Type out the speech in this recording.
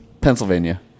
Pennsylvania